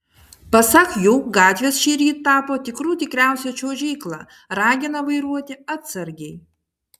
pasak jų gatvės šįryt tapo tikrų tikriausia čiuožykla ragina vairuoti atsargiai